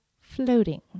floating